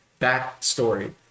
backstory